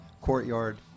Courtyard